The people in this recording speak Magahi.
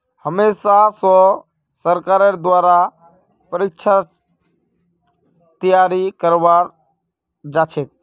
हमेशा स सरकारेर द्वारा परीक्षार तैयारी करवाल जाछेक